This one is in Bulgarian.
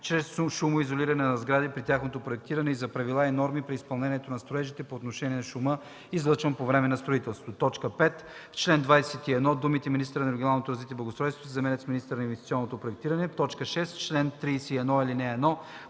чрез шумоизолиране на сградите при тяхното проектиране и за правилата и нормите при изпълнението на строежите по отношение на шума, излъчван по време на строителство.” 5. В чл. 21 думите „министърът на регионалното развитие и благоустройството” се заменят с „министърът на инвестиционното проектиране”; 6. В чл.